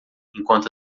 enquanto